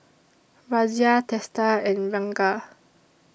Razia Teesta and Ranga